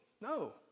no